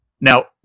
Now